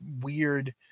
weird